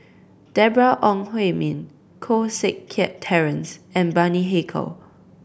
Deborah Ong Hui Min Koh Seng Kiat Terence and Bani Haykal